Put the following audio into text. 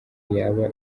yaba